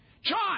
John